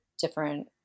different